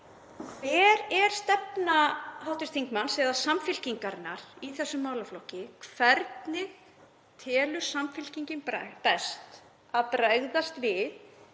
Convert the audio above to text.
Hver er stefna hv. þingmanns eða Samfylkingarinnar í þessum málaflokki? Hvernig telur Samfylkingin best að bregðast við